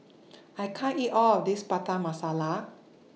I can't eat All of This Butter Masala